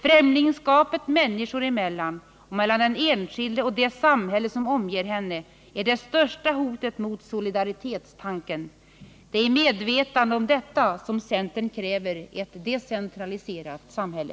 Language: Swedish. Främlingskapet människor emellan och mellan den enskilde och det samhälle som omger henne är det största hotet mot solidaritetstanken. Det är i medvetande om detta som centern kräver ett decentraliserat samhälle.